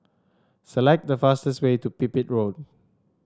select the fastest way to Pipit Road